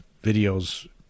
videos